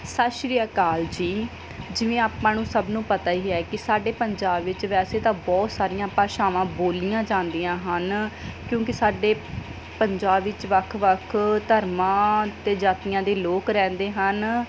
ਸਤਿ ਸ਼੍ਰੀ ਅਕਾਲ ਜੀ ਜਿਵੇਂ ਆਪਾਂ ਨੂੰ ਸਭ ਨੂੰ ਪਤਾ ਹੀ ਹੈ ਕਿ ਸਾਡੇ ਪੰਜਾਬ ਵਿੱਚ ਵੈਸੇ ਤਾਂ ਬਹੁਤ ਸਾਰੀਆਂ ਭਾਸ਼ਾਵਾਂ ਬੋਲੀਆਂ ਜਾਂਦੀਆਂ ਹਨ ਕਿਉਂਕਿ ਸਾਡੇ ਪੰਜਾਬ ਵਿੱਚ ਵੱਖ ਵੱਖ ਧਰਮਾਂ ਅਤੇ ਜਾਤੀਆਂ ਦੇ ਲੋਕ ਰਹਿੰਦੇ ਹਨ